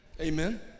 amen